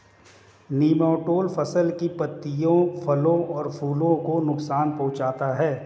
nematode फसल की पत्तियों फलों और फूलों को नुकसान पहुंचाते हैं